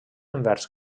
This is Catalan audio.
envers